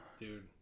Dude